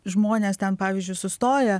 žmonės ten pavyzdžiui sustoja